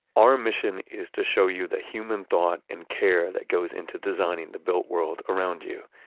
our mission is to show you the human thought and care that goes into designing the built world around you.